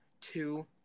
two